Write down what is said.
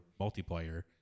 multiplayer